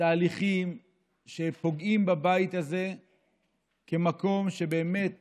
תהליכים שפוגעים בבית הזה כמקום שבאמת תפקידו,